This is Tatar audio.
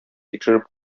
тикшереп